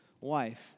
wife